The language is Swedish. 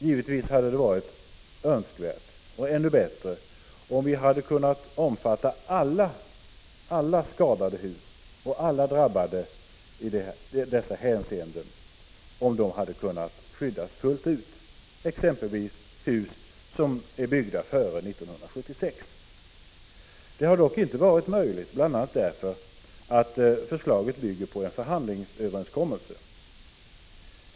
Givetvis hade det varit ännu bättre om skyddet hade kunnat omfatta alla skadade hus, exempelvis hus byggda före 1976. Detta har dock inte varit möjligt, bl.a. därför att förslaget bygger på en förhandlingsöverenskommelse.